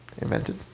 invented